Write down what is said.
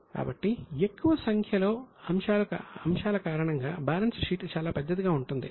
కాబట్టి ఎక్కువ సంఖ్యలో అంశాల కారణంగా బ్యాలెన్స్ షీట్ చాలా పెద్దదిగా ఉంటుంది